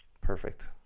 Perfect